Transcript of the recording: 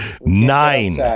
Nine